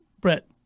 Brett